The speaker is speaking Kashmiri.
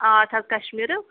آرٹ حظ کَشمیٖرُک